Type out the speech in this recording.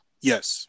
Yes